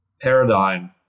paradigm